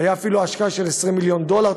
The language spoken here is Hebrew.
הייתה אפילו השקעה של 20 מיליון דולר,